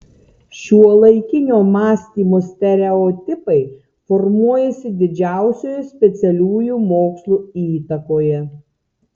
šiuolaikinio mąstymo stereotipai formuojasi didžiausioje specialiųjų mokslų įtakoje